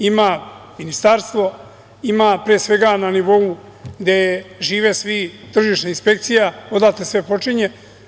Ima ministarstvo, ima pre svega na nivou gde žive svi, tržišna inspekcija, odatle sve počinje.